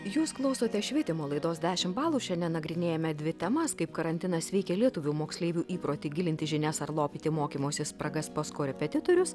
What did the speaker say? jūs klausote švietimo laidos dešim balų šiandien nagrinėjame dvi temas kaip karantinas veikia lietuvių moksleivių įprotį gilinti žinias ar lopyti mokymosi spragas pas korepetitorius